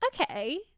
okay